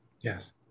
Yes